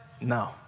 no